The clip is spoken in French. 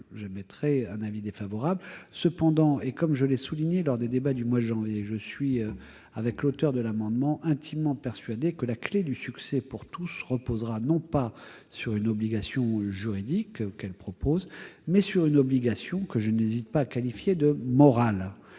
j'émettrai un avis défavorable. Cela dit, je l'avais souligné lors des débats du mois de janvier, je suis, comme l'auteur de cet amendement, intimement persuadé que la clé du succès pour tous reposera non pas sur une obligation juridique, mais sur une obligation que je n'hésite pas à qualifier de morale.